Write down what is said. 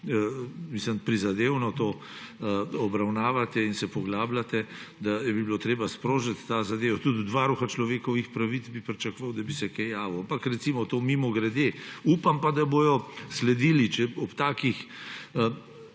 ki tako prizadevno to obravnavate in se poglabljate, da bi bilo treba sprožiti to zadevo. Tudi od varuha človekovih pravic bi pričakoval, da bi se kaj javil, ampak to samo mimogrede. Upam pa, da bodo sledili, če ob takih